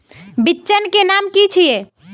बिचन के नाम की छिये?